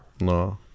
No